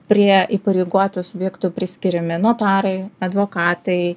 prie įpareigotų subjektų priskiriami notarai advokatai